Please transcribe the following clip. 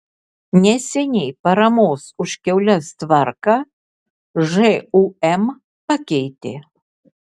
neseniai paramos už kiaules tvarką žūm pakeitė